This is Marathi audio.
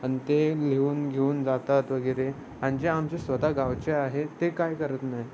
आणि ते लिहून घेऊन जातात वगैरे आणि जे आमचे स्वतः गावचे आहे ते काय करत नाही